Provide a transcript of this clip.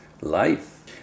life